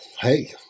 hey